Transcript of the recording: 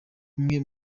bimwe